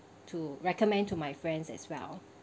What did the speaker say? to recommend to my friends as well